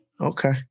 Okay